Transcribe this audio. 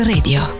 Radio